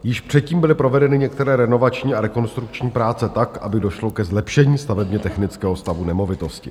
Již předtím byly provedeny některé renovační a rekonstrukční práce tak, aby došlo ke zlepšení stavebnětechnického stavu nemovitosti.